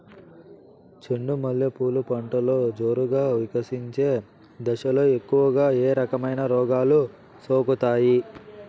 చెండు మల్లె పూలు పంటలో జోరుగా వికసించే దశలో ఎక్కువగా ఏ రకమైన రోగాలు సోకుతాయి?